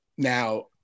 Now